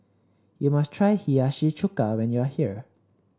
you must try Hiyashi Chuka when you are here